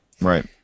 Right